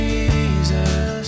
Jesus